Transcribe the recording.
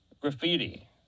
graffiti